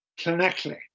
Clinically